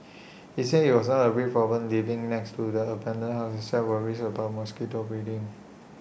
he said IT was not A big problem living next to the abandoned house except worries about mosquito breeding